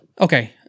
Okay